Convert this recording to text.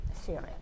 Syria